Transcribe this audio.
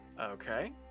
okay